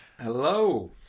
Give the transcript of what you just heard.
Hello